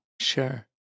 Sure